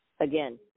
Again